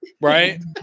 Right